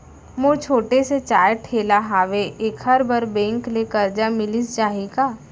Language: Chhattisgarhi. मोर छोटे से चाय ठेला हावे एखर बर बैंक ले करजा मिलिस जाही का?